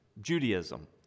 Judaism